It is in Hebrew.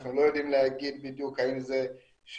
אנחנו לא יודעים להגיד בדיוק האם זה שהם